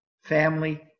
family